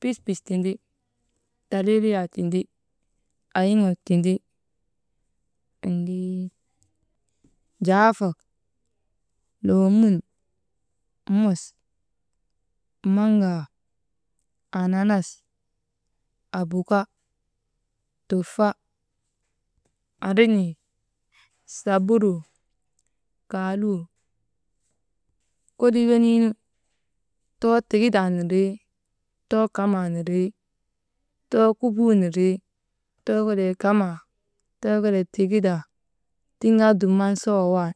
pispis tindi, taliiliyaa tindi, ayŋak tindi, annti, jaafak, leemun mos, maŋgaa ananas, abuka, tufa, andrin̰ii, saburuu kaalu, kolii weniinu too tigidaa, windi, too kamaa windii, too kubuu nindrii, too kelee kamaa, too kelee tigidaa tiŋ kaa dum sawa wan.